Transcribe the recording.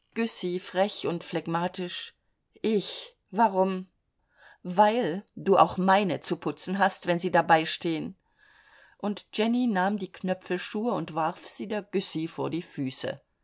frech und phlegmatisch ich warum weil du auch meine zu putzen hast wenn sie dabeistehen und jenny nahm die knöpfelschuhe und warf sie der güssy vor die füße